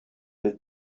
that